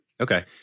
Okay